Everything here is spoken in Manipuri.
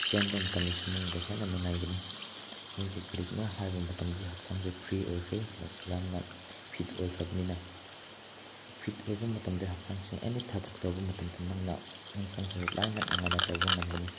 ꯆꯦꯟꯕ ꯃꯇꯝꯗꯁꯨ ꯃꯉꯣꯟꯗ ꯍꯦꯟꯅ ꯅꯨꯡꯉꯥꯏꯒꯅꯤ ꯃꯣꯏꯗꯤ ꯀꯔꯤꯒꯤꯅꯣ ꯍꯥꯏꯕ ꯃꯇꯝꯒꯤ ꯍꯛꯆꯥꯡꯁꯦ ꯐ꯭ꯔꯤ ꯑꯣꯏꯈ꯭ꯔꯦ ꯌꯥꯝꯅ ꯐꯤꯠ ꯑꯣꯏꯈ꯭ꯔꯕꯅꯤꯅ ꯐꯤꯠ ꯑꯣꯏꯕ ꯃꯇꯝꯗ ꯍꯛꯆꯥꯡꯁꯦ ꯑꯦꯅꯤ ꯊꯕꯛ ꯇꯧꯕ ꯃꯇꯝꯗ ꯅꯪꯅ ꯍꯛꯆꯥꯡꯁꯦ ꯂꯥꯏꯅ ꯅꯨꯡꯉꯥꯏꯅ ꯇꯧꯕ ꯉꯝꯒꯅꯤ